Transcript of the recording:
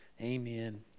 Amen